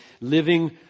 living